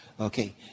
Okay